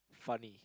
funny